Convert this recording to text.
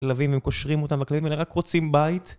כלבים הם קושרים אותם, הכלבים האלה רק רוצים בית